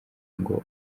ngo